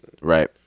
Right